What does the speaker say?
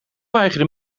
weigerde